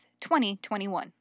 2021